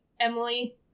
Emily